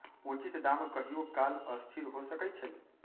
उचित दाम कहियों काल असथिर हो सकइ छै